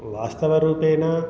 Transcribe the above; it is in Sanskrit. वास्तवरूपेण